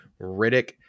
Riddick